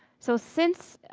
so since